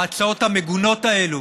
בהצעות המגונות האלה